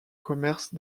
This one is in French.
commerce